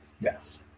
Yes